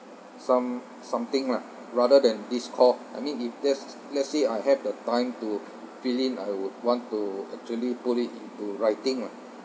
some~ something lah rather than this call I mean if there's let's say I have the time to fill in I would want to actually put it into writing ah